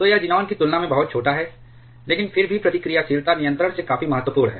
तो यह ज़ीनान की तुलना में बहुत छोटा है लेकिन फिर भी प्रतिक्रियाशीलता नियंत्रण से काफी महत्वपूर्ण है